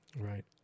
Right